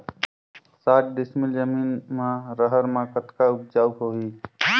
साठ डिसमिल जमीन म रहर म कतका उपजाऊ होही?